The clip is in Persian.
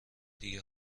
دیگه